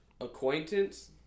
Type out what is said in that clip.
Acquaintance